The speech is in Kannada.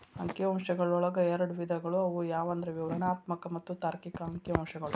ಅಂಕಿ ಅಂಶಗಳೊಳಗ ಎರಡ್ ವಿಧಗಳು ಅವು ಯಾವಂದ್ರ ವಿವರಣಾತ್ಮಕ ಮತ್ತ ತಾರ್ಕಿಕ ಅಂಕಿಅಂಶಗಳು